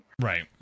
Right